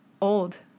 old